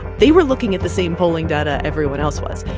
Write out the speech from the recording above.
they were looking at the same polling data everyone else was.